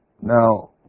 Now